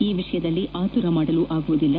ಈ ವಿಷಯದಲ್ಲಿ ಆತುರ ಮಾಡಲಾಗುವುದಿಲ್ಲ